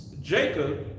Jacob